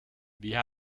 wer